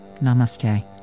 namaste